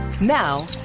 Now